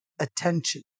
attention